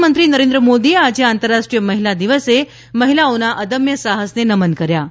પ્રધાનમંત્રી નરેન્દ્ર મોદીએ આજે આંતરાષ્ટ્રીય મહિલા દિવસે મહિલાઓના અદમ્ય સાહસને નમન કર્યા છે